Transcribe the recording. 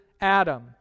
Adam